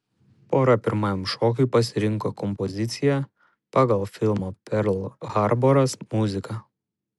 pora pirmajam šokiui pasirinko kompoziciją pagal filmo perl harboras muziką